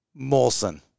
Molson